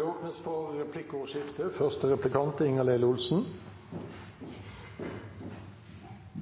Det blir replikkordskifte. Kystverket har stoppet planlegging av fiskerihavner. Det er